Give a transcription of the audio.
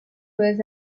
was